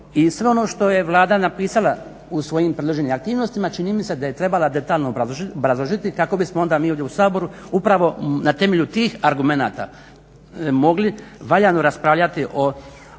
sve ono što je Vlada napisala u svojim predloženim aktivnostima čini mi se da je trebala detaljno obrazložiti kako bismo mi onda ovdje u Saboru upravo na temelju tih argumenata mogli valjano raspravljati o